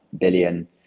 billion